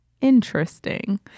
interesting